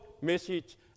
message